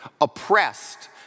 oppressed